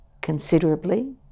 considerably